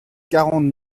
quarante